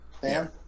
Sam